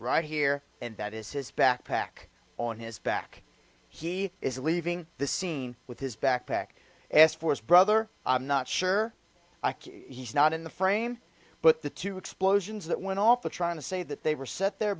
right here and that is his backpack on his back he is leaving the scene with his backpack asked for his brother i'm not sure i can he's not in the frame but the two explosions that went off of trying to say that they were set there